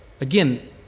Again